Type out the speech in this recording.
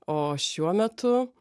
o šiuo metu